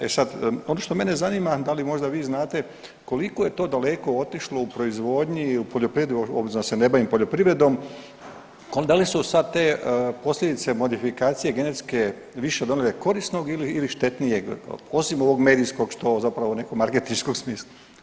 E sad, obično mene zanima da li možda vi znate koliko je to daleko otišlo u proizvodnji i u poljoprivredi obzirom da se ne bavim poljoprivredom, da li su sad te posljedice modifikacije genetske više donijele korisnog ili štetnijeg osim ovog medijskog što zapravo nekog marketinškog smisla?